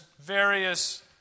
various